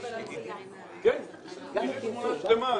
נועה,